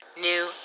new